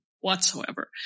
whatsoever